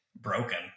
broken